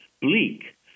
bleak